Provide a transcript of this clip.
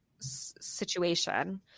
situation